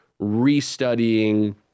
restudying